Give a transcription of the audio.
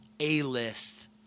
A-list